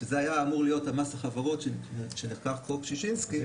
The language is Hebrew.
שזה היה אמור להיות מס החברות כשנחקק חוק שישינסקי,